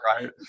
right